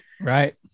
Right